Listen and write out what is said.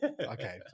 okay